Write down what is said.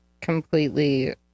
completely